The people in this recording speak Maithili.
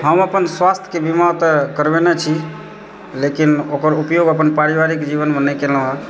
हम अपन स्वास्थ्यके बीमा तऽ करबेने छी लेकिन ओकर उपयोग अपन पारिवारिक जीवनमे नहि केलहुँ हँ